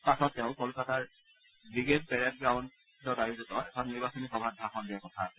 পাছত তেওঁ ক'লকাতাৰ ৱিগেড পেৰেড গ্ৰাউণ্ড আয়োজিত এখন নিৰ্বাচনী সভাত ভাষণ দিয়াৰ কথা আছে